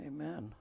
Amen